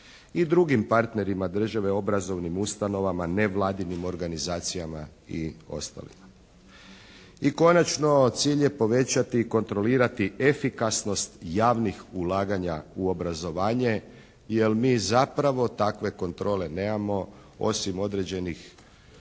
i drugim partnerima države obrazovnim ustanovama, nevladinim organizacijama i ostalima. I konačno, cilj je povećati i kontrolirati efikasnost javnih ulaganja u obrazovanje, jer mi zapravo takve kontrole nemamo osim određenih